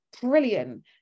brilliant